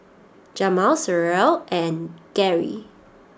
Jamil Sherryl and Gerry